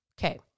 okay